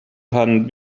herrn